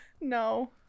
no